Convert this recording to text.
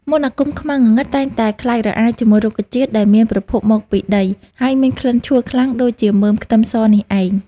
មន្តអាគមខ្មៅងងឹតតែងតែខ្លាចរអាជាមួយរុក្ខជាតិដែលមានប្រភពមកពីដីហើយមានក្លិនឆួលខ្លាំងដូចជាមើមខ្ទឹមសនេះឯង។